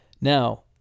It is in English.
Now